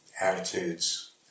attitudes